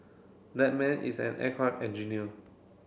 that man is an aircraft engineer